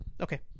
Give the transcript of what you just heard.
Okay